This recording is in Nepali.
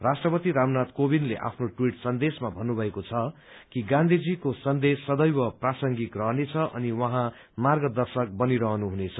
राष्ट्रपति रामनाय कोविन्दले आफ्नो ट्वीट सन्देशमा भन्न्रभएको छ कि गाँधीजीको सन्देश सदेव प्रासंगिक रहनेछ अनि उहाँ मार्गदर्शक बनिरहनु हुनेछ